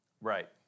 Right